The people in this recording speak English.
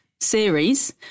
series